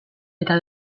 eta